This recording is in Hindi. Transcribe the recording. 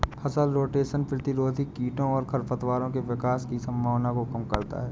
फसल रोटेशन प्रतिरोधी कीटों और खरपतवारों के विकास की संभावना को कम करता है